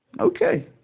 Okay